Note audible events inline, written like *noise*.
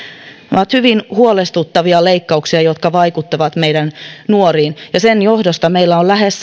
nämä ovat hyvin huolestuttavia leikkauksia jotka vaikuttavat meidän nuoriin ja sen johdosta meillä on lähes *unintelligible*